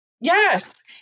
Yes